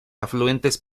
afluentes